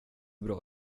bra